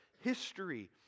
history